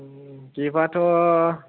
gift आ थ